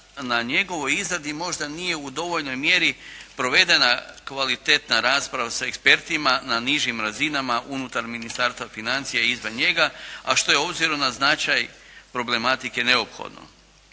na njegovoj izradi možda nije u dovoljnoj mjeri provedena kvalitetna rasprava sa ekspertima na nižim razinama unutar Ministarstva financija i izvan njega, a što je obzirom na značaj problematike neophodno.